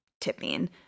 tipping